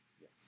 Yes